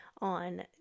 on